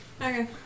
Okay